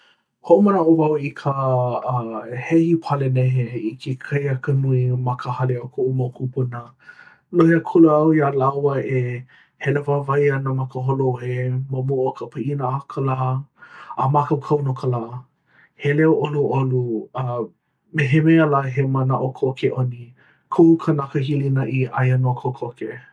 hoʻomanaʻo wau i ka uh hehi palanehe i ke kakahiaka nui ma ka hale o koʻu mau kūpuna lohe akula au iā lāua e hele wāwae ʻana ma ka holoē ma mua o ka piʻina a ka lā a mākaukau no ka lā. he leo ʻoluʻolu uh me he mea lā he manaʻo ko ke ʻoni, kohu kanaka hilinaʻi aia nō kokoke.